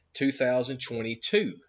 2022